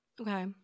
Okay